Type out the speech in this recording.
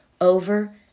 over